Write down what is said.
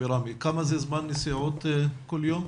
כמה זה זמן נסיעות כל יום?